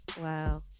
Wow